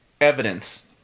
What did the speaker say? evidence